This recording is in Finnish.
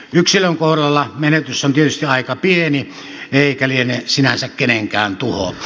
yksilön kohdalla menetys on tietysti aika pieni eikä liene sinänsä kenenkään tuho